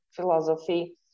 philosophy